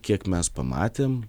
kiek mes pamatėm